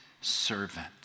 servant